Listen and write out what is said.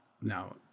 Now